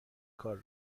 کار